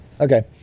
Okay